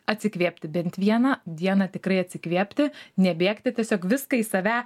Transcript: atsikvėpti bent vieną dieną tikrai atsikvėpti nebėgti tiesiog viską į save